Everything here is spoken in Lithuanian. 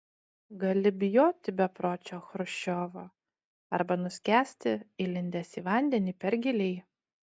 gali bijoti bepročio chruščiovo arba nuskęsti įlindęs į vandenį per giliai